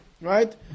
Right